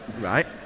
Right